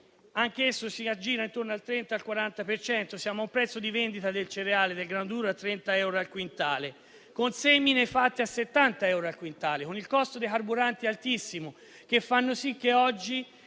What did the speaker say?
che si aggira intorno al 30-40 per cento; siamo a un prezzo di vendita del cereale e del grano duro a 30 euro al quintale, con semine fatte a 70 euro al quintale e con il costo dei carburanti altissimo. Questo fa sì che oggi,